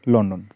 London